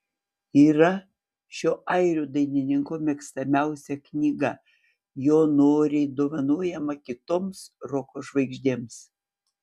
yra šio airių dainininko mėgstamiausia knyga jo noriai dovanojama kitoms roko žvaigždėms